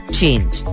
change